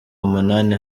umunani